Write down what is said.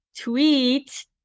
tweet